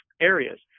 areas